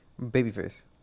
Babyface